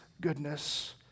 goodness